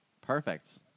Perfect